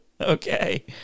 Okay